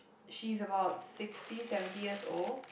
she's about sixty seventy years old